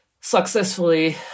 successfully